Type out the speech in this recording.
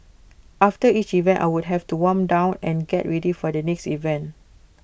after each event I would have to warm down and get ready for the next event